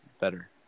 better